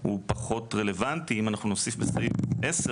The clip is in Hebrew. הוא פחות רלוונטי אם אנחנו נוסיף בסעיף (10),